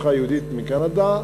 משפחה יהודית מקנדה,